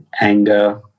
anger